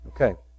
Okay